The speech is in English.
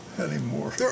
anymore